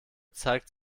zeigt